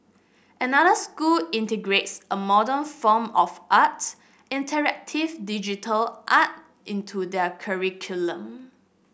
another school integrates a modern form of art interactive digital art into their curriculum